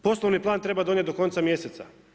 Poslovni plan treba donijeti do konca mjeseca.